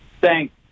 Thanks